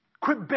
Quit